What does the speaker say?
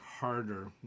harder